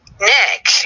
Nick